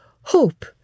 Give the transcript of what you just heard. hope